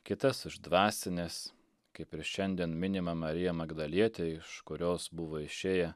kitas iš dvasinės kaip ir šiandien minime mariją magdalietę iš kurios buvo išėję